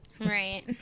Right